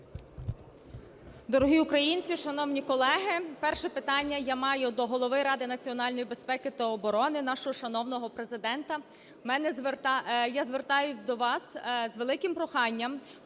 Дорогі українці, шановні колеги! Перше питання я маю до голови Ради національної безпеки та оборони, нашого шановного Президента. Я звертаюсь до вас з великим проханням,